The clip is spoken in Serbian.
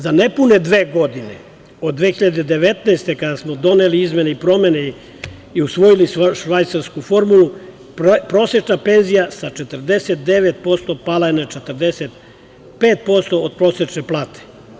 Za nepune dve godine, od 2019. godine, kada smo doneli izmene i promene i usvojili švajcarsku formulu, prosečna penzija sa 49% pala je na 45% od prosečne plate.